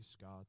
God